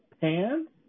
pants